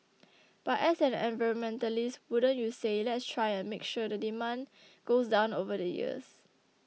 but as an environmentalist wouldn't you say let's try and make sure that the demand goes down over the years